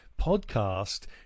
podcast